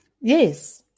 Yes